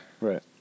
Right